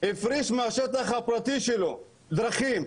הפריש מהשטח הפרטי שלו דרכים,